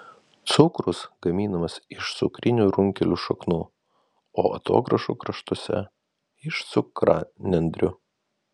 cukrus gaminamas iš cukrinių runkelių šaknų o atogrąžų kraštuose iš cukranendrių